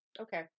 Okay